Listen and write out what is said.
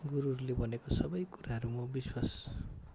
गुरुहरूले भनेको सब कुराहरू म विश्वास